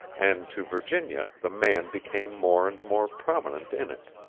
and to virginia the man became more and more prominent in it.